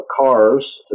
cars